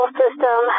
system